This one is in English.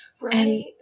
Right